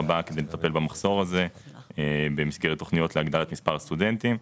רבה כדי לטפל במחסור הזה במסגרת תוכניות להגדלת מספר סטודנטים.,